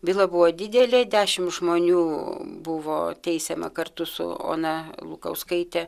byla buvo didelė dešimt žmonių buvo teisiama kartu su ona lukauskaite